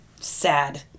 sad